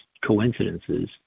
coincidences